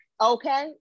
Okay